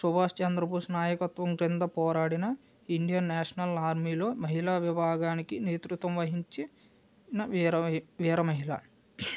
సుభాష్ చంద్రబోస్ నాయకత్వం క్రింద పోరాడిన ఇండియన్ నేషనల్ ఆర్మీలో మహిళా విభాగానికి నేతృత్వం వహించిన వీర మహిళ